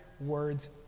words